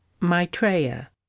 Maitreya